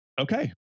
okay